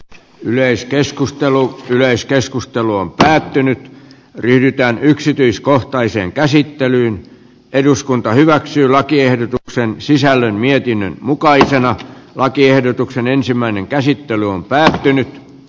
yleiskeskustelu yleiskeskustelu on päättynyt pyritään yksityiskohtaiseen käsittelyyn eduskunta hyväksyy lakiehdotuksen sisällön mietinnön mukaisena lakiehdotuksen tämä mietintö on yksimielinen